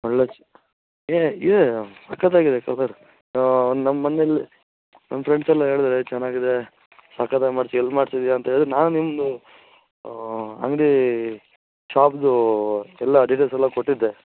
ಒಳ್ಳೆಯ ಸಕ್ಕತ್ತಾಗಿದೆ ಸಾವ್ಕಾರ ನಮ್ಮ ಮನೆಯಲ್ಲಿ ನಮ್ಮ ಫ್ರೆಂಡ್ಸೆಲ್ಲ ಹೇಳಿದ್ರು ಏಯ್ ಚೆನ್ನಾಗಿದೆ ಸಕ್ಕತ್ತಾಗಿ ಮಾಡಿಸಿ ಎಲ್ಲಿ ಮಾಡ್ಸಿದ್ದೀಯ ಅಂತ ಹೇಳ್ದ್ರು ನಾವು ನಿಮ್ಮದು ಅಂಗ್ಡಿ ಶಾಪ್ದು ಎಲ್ಲ ಡಿಟೇಲ್ಸೆಲ್ಲ ಕೊಟ್ಟಿದ್ದೆ